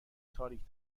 تاریک